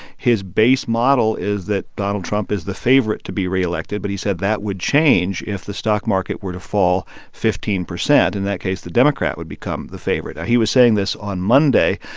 his base model is that donald trump is the favorite to be reelected, but he said that would change if the stock market were to fall fifteen percent in that case, the democrat would become the favorite now, he was saying this on monday,